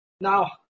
Now